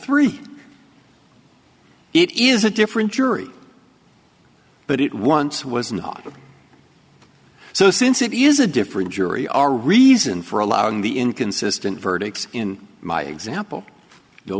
three it is a different jury but it once was not so since it is a different jury are reason for allowing the inconsistent verdicts in my example